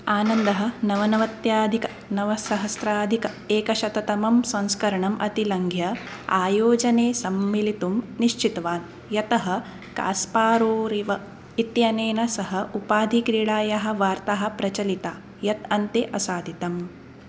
आनन्दः नवनवत्यधिकनवसहस्राधिक एकशततमं संस्करणम् अतिलङ्घ्य आयोजने सम्मेलितुं निश्चितवान् यतः कास्पारोरिव इत्यनेन सह उपाधिक्रीडायाः वार्ताः प्रचलिताः यत् अन्ते असाधितम्